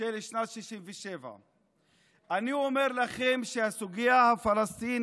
של שנת 67'. אני אומר לכם שהסוגיה הפלסטינית